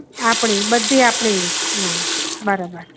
આપણી બધી આપણી હા બરાબર